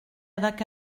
avec